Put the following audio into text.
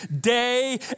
day